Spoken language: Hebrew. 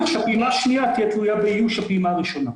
שהפעימה השנייה תהיה תלויה באיוש הפעימה הראשונה.